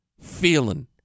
feeling